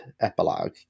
epilogue